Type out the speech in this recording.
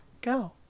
Go